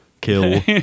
Kill